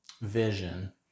vision